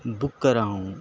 بک کرا ہوں